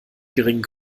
geringen